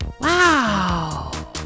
Wow